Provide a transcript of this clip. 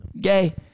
Gay